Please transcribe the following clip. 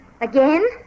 Again